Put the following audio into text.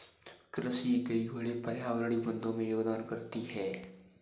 कृषि कई बड़े पर्यावरणीय मुद्दों में योगदान करती है